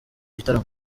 gitaramo